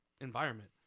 environment